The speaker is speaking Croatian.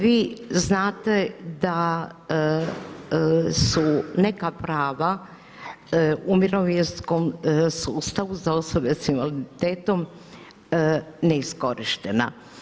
Vi znate da su neka prava u mirovinskom sustavu za osobe s invaliditetom neiskorištena.